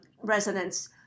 residents